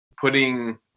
putting